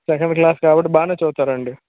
second class కాబట్టి బాగానే చదువుతారండీ